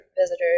visitors